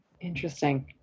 Interesting